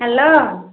hello